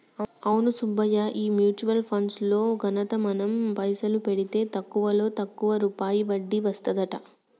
అవును సుబ్బయ్య ఈ mutual funds లో ఘనత మనం పైసలు పెడితే తక్కువలో తక్కువ రూపాయి వడ్డీ వస్తదంట